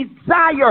desire